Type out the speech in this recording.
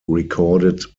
recorded